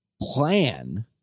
Plan